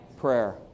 prayer